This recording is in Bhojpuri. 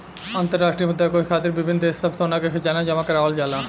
अंतरराष्ट्रीय मुद्रा कोष खातिर विभिन्न देश सब सोना के खजाना जमा करावल जाला